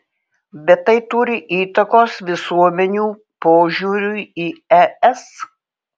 bet tai turi įtakos visuomenių požiūriui į es